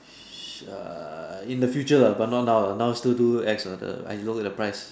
sia in the future lah but not now lah now still too ex lah the look at the price